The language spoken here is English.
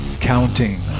Counting